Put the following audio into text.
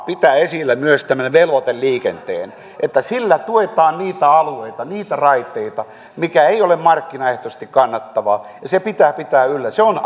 pitää esillä myös tämän velvoiteliikenteen että sillä tuetaan niitä alueita niitä raiteita mikä ei ole markkinaehtoisesti kannattavaa ja se pitää pitää yllä se on